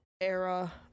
era